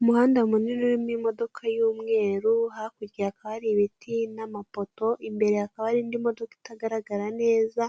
Umuhanda munini urimo imodoka y'umweru, hakurya hakaba hari ibiti n'amapoto, imbere hakaba hari indi modoka itagaragara neza,